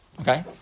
Okay